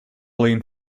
leaned